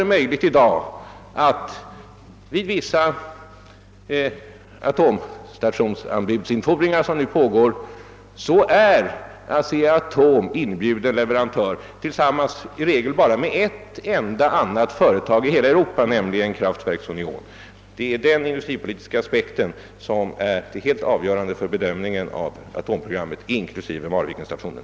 Det gör att ASEA-ATOM nu kan lämna in anbud på sådana anläggningar. I vissa nu aktuella upphandlingar är det bara ytterligare ett enda företag i Europa som kan lämna sådana anbud vid anfordran, nämligen Kraftwerkunion. Det är den industripolitiska aspekten som är den helt avgörande för bedömningen av atomprogrammet, inklusive Marvikenstationen.